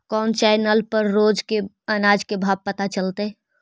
कोन चैनल पर रोज के अनाज के भाव पता चलतै?